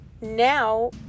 now